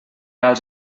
als